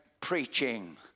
preaching